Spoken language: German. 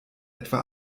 etwa